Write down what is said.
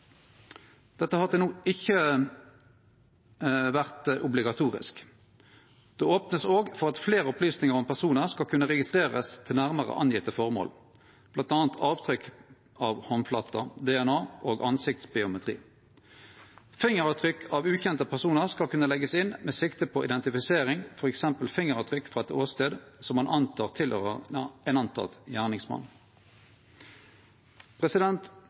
ikkje vore obligatorisk. Det vert òg opna for at fleire opplysningar om personar skal kunne registrerast til nærmare angjevne formål, bl.a. avtrykk av handflater, DNA og ansiktsbiometri. Fingeravtrykk av ukjente personar skal kunne leggast inn med sikte på identifisering, f.eks. fingeravtrykk frå ein åstad som ein antek tilhøyrer ein antatt gjerningsmann.